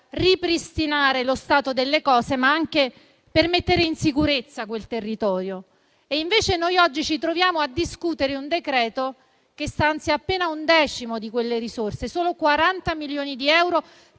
ripristinare lo stato delle cose, ma anche per mettere in sicurezza quel territorio. Invece noi oggi ci troviamo a discutere un decreto che stanzia appena un decimo di quelle risorse: solo 40 milioni di euro,